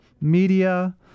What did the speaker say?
media